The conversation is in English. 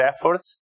efforts